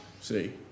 See